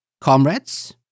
comrades